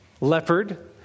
leopard